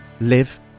live